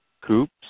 coops